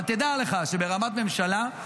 אבל תדע לך שברמת ממשלה,